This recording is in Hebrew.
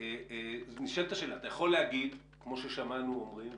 אתה יכול להגיד כמו ששמענו שאומרים,